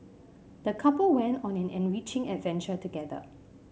the couple went on an enriching adventure together